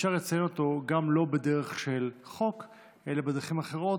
אפשר לציין אותו גם לא בדרך של חוק אלא בדרכים אחרות.